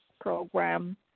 program